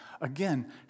Again